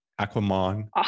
Aquaman